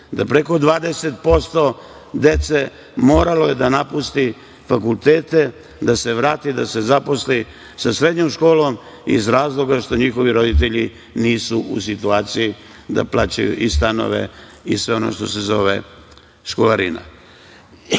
da preko 20% dece moralo je da napusti fakultete, da se vrati, da se zaposli sa srednjom školom iz razloga što njihovi roditelji nisu u situaciji da plaćaju i stanove i sve ono što se zove školarina. Šta